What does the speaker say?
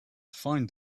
find